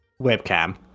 webcam